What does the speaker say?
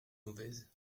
mauvaise